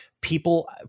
people